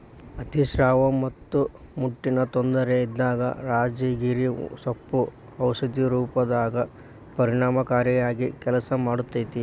ಅತಿಸ್ರಾವ ಮತ್ತ ಮುಟ್ಟಿನ ತೊಂದರೆ ಇದ್ದಾಗ ರಾಜಗಿರಿ ಸೊಪ್ಪು ಔಷಧಿ ರೂಪದಾಗ ಪರಿಣಾಮಕಾರಿಯಾಗಿ ಕೆಲಸ ಮಾಡ್ತೇತಿ